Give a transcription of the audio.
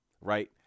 right